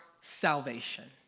salvation